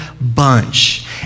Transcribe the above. bunch